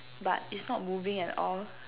but it's not moving at all